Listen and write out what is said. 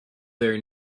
their